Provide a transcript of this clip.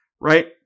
right